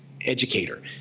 educator